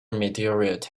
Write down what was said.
meteorite